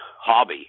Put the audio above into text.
hobby